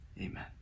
Amen